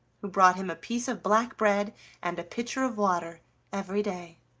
who brought him a piece of black bread and a pitcher of water every day.